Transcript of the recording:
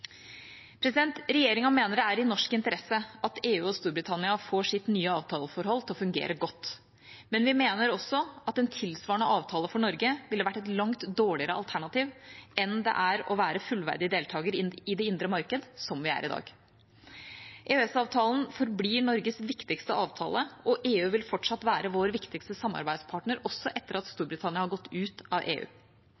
Regjeringa mener det er i norsk interesse at EU og Storbritannia får sitt nye avtaleforhold til å fungere godt. Men vi mener også at en tilsvarende avtale for Norge vil være et langt dårligere alternativ enn å være fullverdig deltaker i det indre marked, som vi er i dag. EØS-avtalen forblir Norges viktigste avtale, og EU vil fortsatt være vår viktigste samarbeidspartner, også etter at